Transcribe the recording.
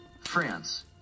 France